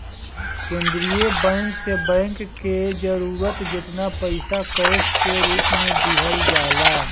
केंद्रीय बैंक से बैंक के जरूरत जेतना पईसा कैश के रूप में दिहल जाला